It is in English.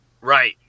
Right